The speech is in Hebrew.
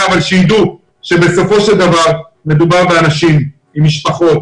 אבל שידעו שבסופו של דבר מדובר באנשים עם משפחות,